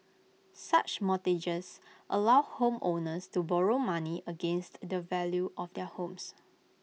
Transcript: such mortgages allow homeowners to borrow money against the value of their homes